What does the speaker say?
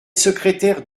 secrétaire